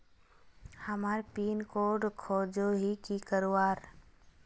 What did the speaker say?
हमार pin code खोजोही की करवार?